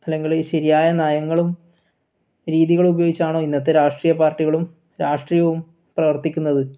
അല്ലെങ്കിൽ ശരിയായ നയങ്ങളും രീതികളും ഉപയോഗിച്ചാണോ ഇന്നത്തെ രാഷ്ട്രീയ പാർട്ടികളും രാഷ്ട്രീയവും പ്രവർത്തിക്കുന്നത്